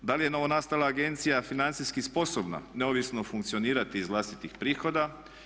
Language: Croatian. Da li je novonastala agencija financijski sposobna neovisno funkcionirati iz vlastitih prihoda?